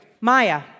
Maya